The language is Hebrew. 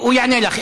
הוא יענה לך.